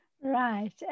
right